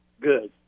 Good